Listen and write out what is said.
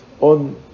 on